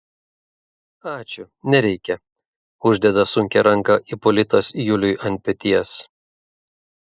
ačiū nereikia uždeda sunkią ranką ipolitas juliui ant peties